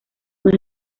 más